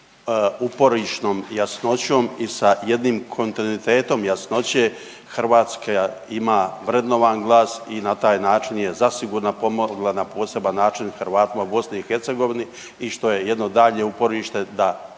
uporišnom jasnoćom i sa jednim kontinuitetom jasnoće Hrvatska ima vrednovan glas i na taj način je zasigurna pomogla na poseban način Hrvatima u BiH i što je jedno dalje uporište da